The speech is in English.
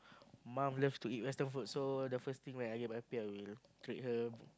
mum love to eat western food so the first thing when I get my pay I will treat her